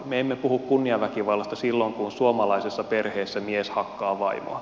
me emme puhu kunniaväkivallasta silloin kun suomalaisessa perheessä mies hakkaa vaimoa